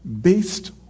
based